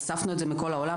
אספנו את זה מכל העולם.